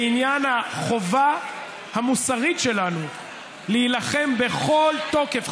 בעניין החובה המוסרית שלנו להילחם בכל תוקף,